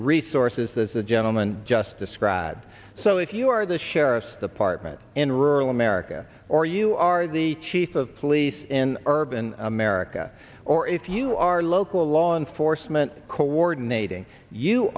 resources as the gentleman just described so if you are the sheriff's department in rural america or you are the the chief of police in urban america or if you are local law enforcement coordinating you